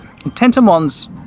Tentamon's